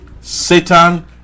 Satan